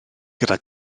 gyda